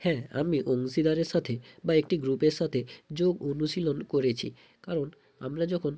হ্যাঁ আমি অংশীদারের সাথে বা একটি গ্রুপের সাথে যোগ অনুশীলন করেছি কারণ আমরা যখন